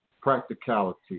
practicality